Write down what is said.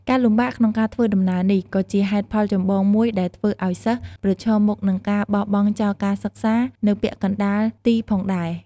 ការលំបាកក្នុងការធ្វើដំណើរនេះ ក៏ជាហេតុផលចម្បងមួយដែលធ្វើឲ្យសិស្ស ប្រឈមមុខនឹងការបោះបង់ចោលការសិក្សា នៅពាក់កណ្តាលទីផងដែរ។